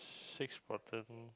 six bottom